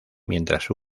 mientras